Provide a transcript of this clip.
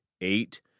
Eight